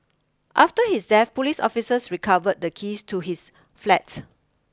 after his death police officers recovered the keys to his flat